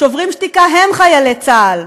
שוברים שתיקה הם חיילי צה"ל.